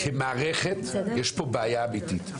כמערכת יש פה בעיה אמיתית.